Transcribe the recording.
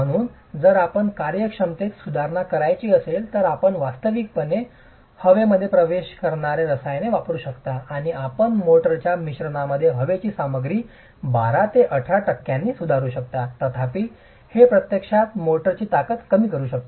म्हणून जर आपणास कार्यक्षमतेत सुधारणा करायची असेल तर आपण वास्तविकपणे हवेमध्ये प्रवेश करणारे रसायने वापरू शकता आणि आपण मोर्टारच्या मिश्रणामध्ये हवेची सामग्री 12 ते 18 टक्क्यांनी सुधारू शकता तथापि हे प्रत्यक्षात मोर्टारची ताकद कमी करू शकते